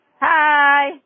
Hi